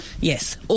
Yes